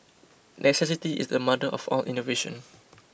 necessity is the mother of all innovation